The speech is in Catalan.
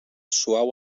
suau